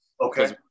Okay